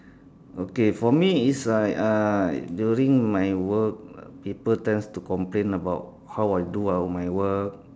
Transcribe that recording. okay for me is like uh during my work people tends to complain about how I do up my work